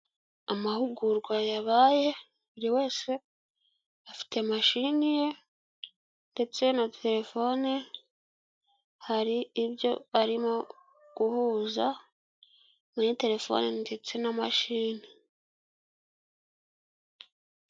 Amahugurwa yabaye buri wese afite mashini ye ndetse na telefone hari ibyo arimo guhuza muri telefoni ndetse na mashini.